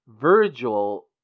Virgil